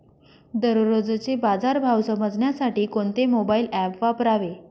दररोजचे बाजार भाव समजण्यासाठी कोणते मोबाईल ॲप वापरावे?